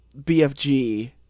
BFG